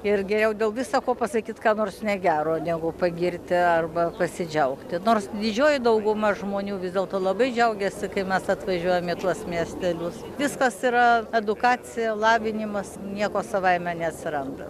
ir geriau dėl visa ko pasakyt ką nors negero negu pagirti arba pasidžiaugti nors didžioji dauguma žmonių vis dėlto labai džiaugiasi kai mes atvažiuojam į tuos miestelius viskas yra edukacija lavinimas nieko savaime neatsiranda